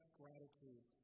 gratitude